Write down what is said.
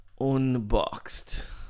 unboxed